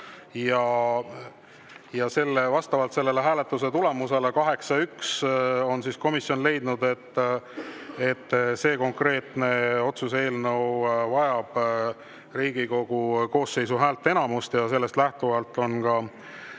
Vastavalt hääletuse tulemusele 8 : 1 on komisjon leidnud, et see konkreetne otsuse eelnõu vajab Riigikogu koosseisu häälteenamust, ja sellest lähtuvalt on